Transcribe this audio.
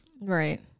Right